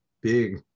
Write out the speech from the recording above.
big